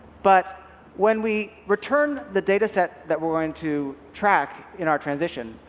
but when we return the data set that we are going to track in our transition,